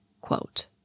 Quote